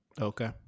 Okay